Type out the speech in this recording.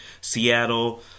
Seattle